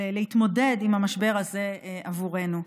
להתמודד עם המשבר הזה עבורנו.